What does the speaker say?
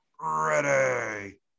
ready